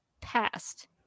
past